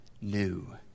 new